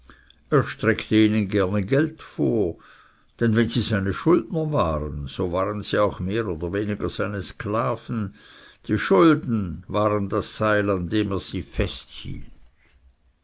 streckte ihnen gerne geld vor denn wenn sie seine schuldner waren so waren sie auch mehr oder weniger seine sklaven die schulden waren das seil an dem er sie